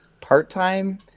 part-time